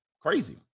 crazy